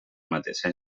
mateixa